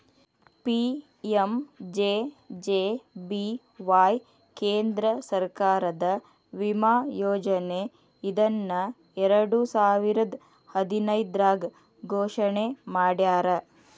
PMJJBY ಕೇಂದ್ರ ಸರ್ಕಾರದ ವಿಮಾ ಯೋಜನೆ ಇದನ್ನ ಎರಡುಸಾವಿರದ್ ಹದಿನೈದ್ರಾಗ್ ಘೋಷಣೆ ಮಾಡ್ಯಾರ